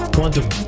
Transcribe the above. Quantum